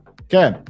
Okay